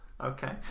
Okay